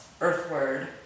earthward